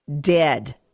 dead